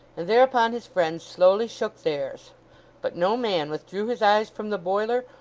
and thereupon his friends slowly shook theirs but no man withdrew his eyes from the boiler,